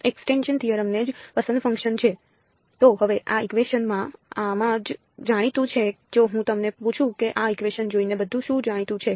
તો હવે આ ઇકવેશન માં આમાં શું જાણીતું છે જો હું તમને પૂછું કે આ ઇકવેશન જોઈને બધું શું જાણીતું છે